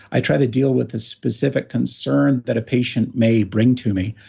i try to deal with a specific concern that a patient may bring to me.